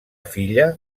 filla